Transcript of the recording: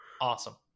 awesome